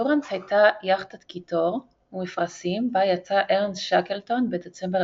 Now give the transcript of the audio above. "אנדיורנס" הייתה יכטת קיטור ומפרשים בה יצא ארנסט שקלטון בדצמבר